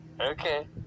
okay